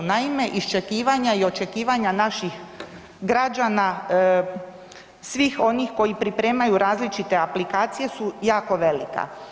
Naime, iščekivanja i očekivanja naših građana, svih onih koji pripremaju različite aplikacije su jako velika.